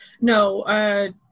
No